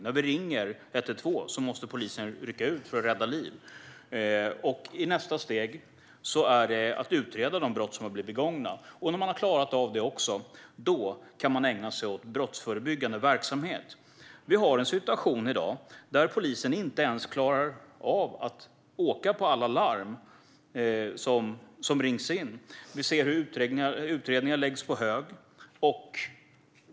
När vi ringer 112 måste polisen rycka ut för att rädda liv. I nästa steg ska polisen utreda de brott som har blivit begångna. När man har klarat av det också kan man ägna sig åt brottsförebyggande verksamhet. Vi har i dag en situation där polisen inte ens klarar av att åka på alla larm som rings in. Vi ser hur utredningar läggs på hög.